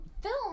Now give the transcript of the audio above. film